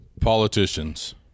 politicians